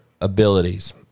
abilities